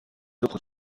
autres